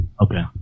Okay